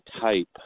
type